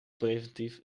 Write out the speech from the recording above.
preventief